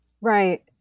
Right